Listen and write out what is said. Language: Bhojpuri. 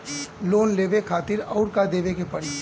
लोन लेवे खातिर अउर का देवे के पड़ी?